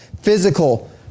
physical